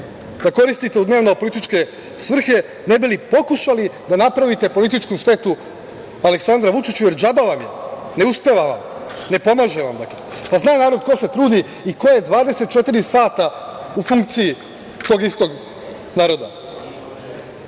da koristite u dnevno političke svrhe ne bi li pokušali da napravite političku štetu Aleksandru Vučiću, jer džaba vam je, ne uspeva vam, ne pomaže vam. Zna narod ko se trudi i ko je 24 sata u funkciji tog istog naroda. Da